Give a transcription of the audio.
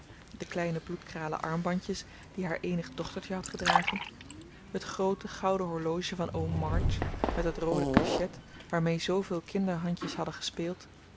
de kleine bloedkralen armbandjes die haar eenig dochtertje had gedragen het groote gouden horloge van oom march met het roode cachet waarmee zooveel kinderhandjes hadden gespeeld